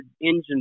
engine